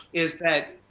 is that,